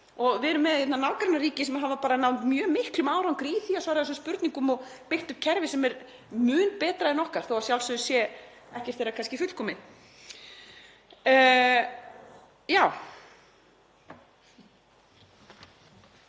Við erum með nágrannaríki sem hafa náð mjög miklum árangri í því að svara þessum spurningum og hafa byggt upp kerfi sem er mun betra en okkar þó að sjálfsögðu sé ekkert þeirra kannski fullkomið.